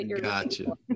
Gotcha